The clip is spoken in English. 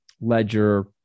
ledger